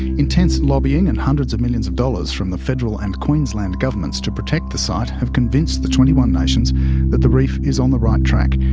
intense and lobbying and hundreds of millions of dollars from the federal and queensland governments to protect the site have convinced the twenty one nations that the reef is on the right track,